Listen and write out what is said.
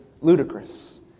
ludicrous